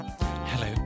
Hello